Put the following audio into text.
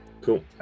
Cool